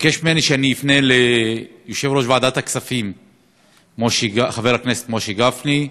וביקש ממני שאני אפנה ליושב-ראש ועדת הכספים חבר הכנסת משה גפני,